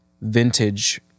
vintage